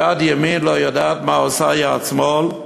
יד ימין לא יודעת מה עושה יד שמאל,